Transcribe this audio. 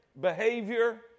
behavior